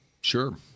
Sure